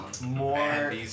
more